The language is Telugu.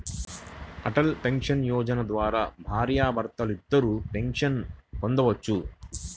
అటల్ పెన్షన్ యోజన ద్వారా భార్యాభర్తలిద్దరూ పెన్షన్ పొందొచ్చు